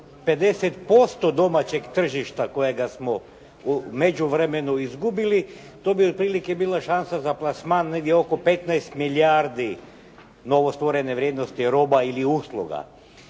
50% domaćeg tržišta kojega smo u međuvremenu izgubili to bi otprilike bila šansa za plasman negdje oko 15 milijardi novostvorene vrijednosti roba ili usluga.